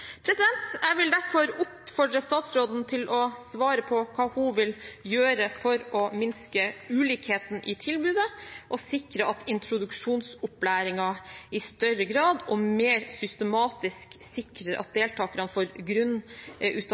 Jeg vil derfor oppfordre statsråden til å svare på hva hun vil gjøre for å minske ulikhetene i tilbudet og sikre at introduksjonsopplæringen i større grad og mer systematisk sikrer at deltakerne får